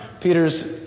Peter's